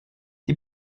die